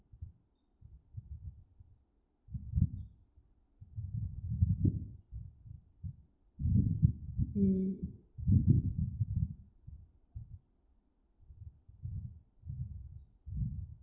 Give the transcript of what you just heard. mm